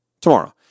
tomorrow